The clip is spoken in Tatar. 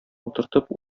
утыртып